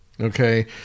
Okay